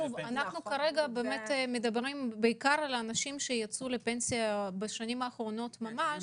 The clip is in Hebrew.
אנחנו מדברים בעיקר על אנשים שיצאו לפנסיה בשנים האחרונות ממש.